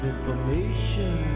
Information